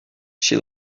she